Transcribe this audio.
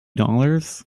dollars